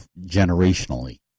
generationally